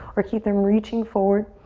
or keep them reaching forward.